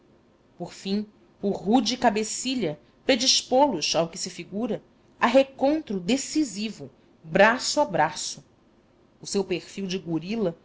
por fim o rude cabecilha predispô los ao que se figura a recontro decisivo braço a braço o seu perfil de gorila